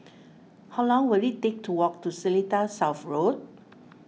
how long will it take to walk to Seletar South Road